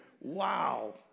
Wow